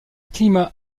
climat